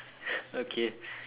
okay